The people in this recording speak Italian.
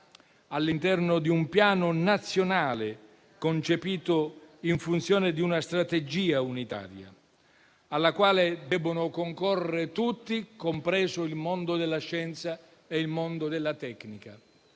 all'interno di un piano nazionale concepito in funzione di una strategia unitaria, alla quale devono concorrere tutti, compreso il mondo della scienza e della tecnica.